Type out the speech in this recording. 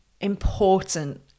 important